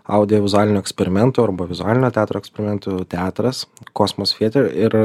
audiovizualinių eksperimentų arba vizualinio teatro eksperimentų teatras kosmos theatre ir